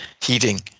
heating